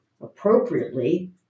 Appropriately